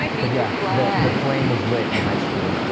but yeah, the the flame was lit in high school.